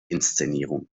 inszenierung